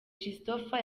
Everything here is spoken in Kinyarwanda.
christopher